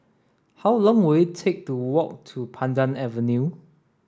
how long will it take to walk to Pandan Avenue